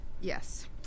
Yes